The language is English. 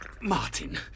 Martin